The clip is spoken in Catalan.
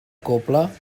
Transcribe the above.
cobla